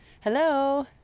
Hello